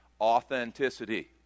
Authenticity